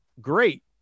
great